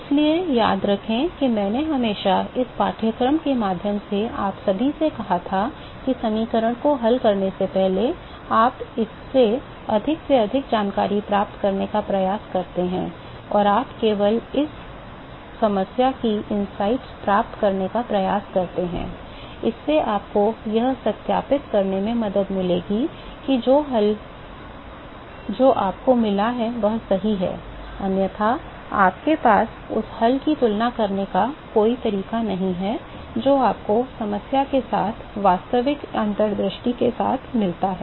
इसलिए याद रखें कि मैंने हमेशा इस पाठ्यक्रम के माध्यम से आप सभी से कहा था कि समीकरण को हल करने से पहले आप इससे अधिक से अधिक जानकारी प्राप्त करने का प्रयास करते हैं और आप केवल इस समस्या की अंतर्दृष्टि प्राप्त करने का प्रयास करते हैं इससे आपको यह सत्यापित करने में मदद मिलेगी कि जो हल जो आपको मिला है वह सही है अन्यथा आपके पास उस हल की तुलना करने का कोई तरीका नहीं है जो आपको समस्या के साथ वास्तविक अंतर्दृष्टि के साथ मिला है